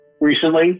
recently